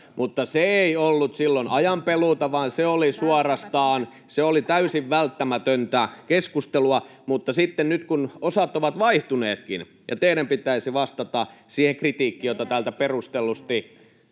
Mutta se ei ollut silloin ajanpeluuta, vaan se oli suorastaan täysin välttämätöntä keskustelua. Mutta nyt, kun osat ovat vaihtuneetkin ja teidän pitäisi vastata siihen kritiikkiin, jota täältä perustellusti